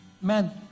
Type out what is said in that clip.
Man